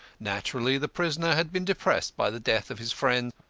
naturally the prisoner had been depressed by the death of his friend.